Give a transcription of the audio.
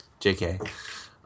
JK